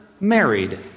married